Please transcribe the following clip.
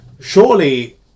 surely